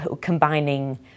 combining